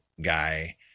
guy